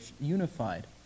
unified